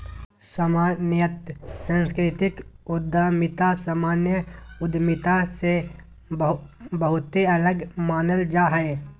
सामान्यत सांस्कृतिक उद्यमिता सामान्य उद्यमिता से बहुते अलग मानल जा हय